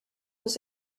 was